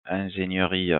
ingénierie